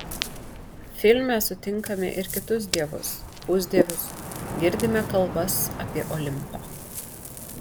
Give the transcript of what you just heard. filme sutinkame ir kitus dievus pusdievius girdime kalbas apie olimpą